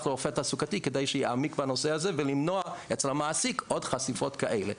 לרופא תעסוקתי כדי שיעמיק בנושא הזה ולמנוע אצל המעסיק עוד חשיפות כאלה.